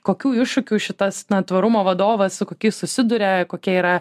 kokių iššūkių šitas na tvarumo vadovas su kokiais susiduria kokie yra